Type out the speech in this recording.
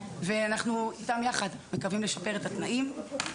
ואנחנו איתם יחד מקווים לשפר את התנאים.